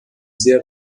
sehr